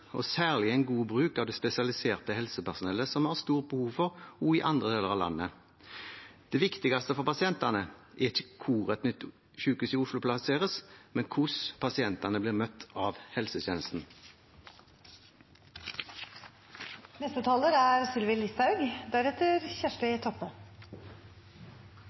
og særlig en god bruk av det spesialiserte helsepersonellet, som vi har stort behov for også i andre deler av landet. Det viktigste for pasientene er ikke hvor et nytt sykehus i Oslo plasseres, men hvordan pasientene blir møtt av